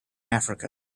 africa